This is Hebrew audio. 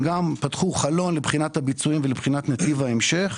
הם גם פתחו חלון לבחינת הביצועים ולבחינת נתיב ההמשך.